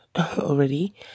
already